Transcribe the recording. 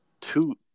Two